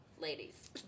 ladies